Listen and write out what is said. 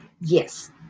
Yes